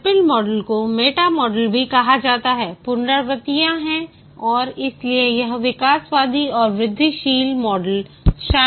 सर्पिल मॉडल को meta model भी कहा जाता है पुनरावृत्तियों हैं और इसलिए यह विकासवादी और वृद्धिशील मॉडल शामिल करता है